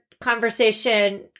conversation